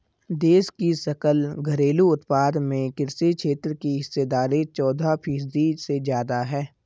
देश की सकल घरेलू उत्पाद में कृषि क्षेत्र की हिस्सेदारी चौदह फीसदी से ज्यादा है